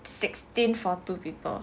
sixteen for two people